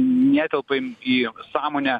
netelpa į sąmonę